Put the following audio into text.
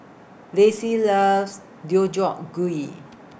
Lacy loves Gui